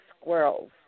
squirrels